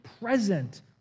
present